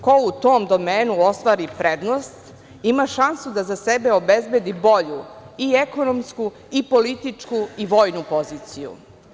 Ko u tom domenu ostvari prednost ima šansu da za sebe obezbedi bolju ekonomsku, političku i vojnu poziciju.